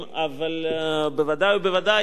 אבל בוודאי ובוודאי היום,